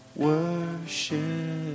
worship